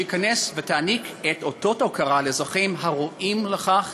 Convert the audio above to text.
שתתכנס ותעניק אותות הוקרה לאזרחים הראויים לכך.